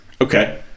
Okay